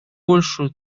большую